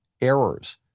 errors